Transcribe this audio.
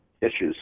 issues